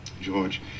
George